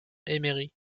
emery